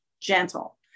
gentle